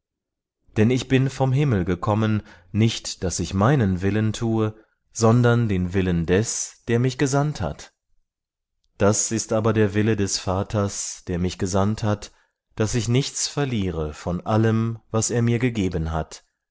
denn ich bin vom himmel gekommen nicht daß ich meinen willen tue sondern den willen des der mich gesandt hat das ist aber der wille des vaters der mich gesandt hat daß ich nichts verliere von allem was er mir gegeben hat